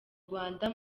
rwanda